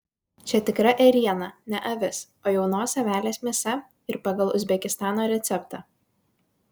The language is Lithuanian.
čia tikra ėriena ne avis o jaunos avelės mėsa ir pagal uzbekistano receptą